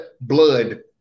blood